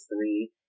three